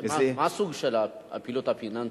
מה הסוג של הפעילות הפיננסית?